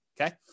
okay